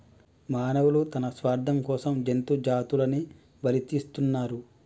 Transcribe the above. మానవులు తన స్వార్థం కోసం జంతు జాతులని బలితీస్తున్నరు